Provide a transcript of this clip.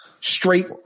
Straight